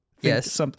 Yes